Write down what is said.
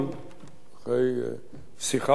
אחרי שיחה, אולי שתיים,